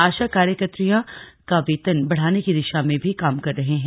आशा कार्यकत्रियां का वेतन बढ़ाने की दिशा में भी काम कर रहे हैं